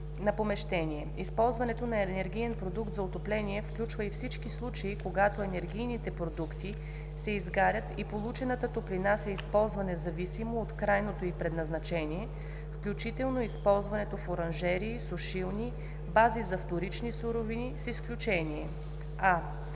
на помещение. Използването на енергиен продукт за отопление включва и всички случаи, когато енергийните продукти се изгарят и получената топлина се използва независимо от крайното ѝ предназначение, включително използването в оранжерии, сушилни, бази за вторични суровини, с изключение: а)